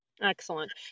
Excellent